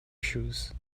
shoes